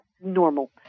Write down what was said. normal